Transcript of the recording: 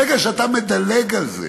ברגע שאתה מדלג על זה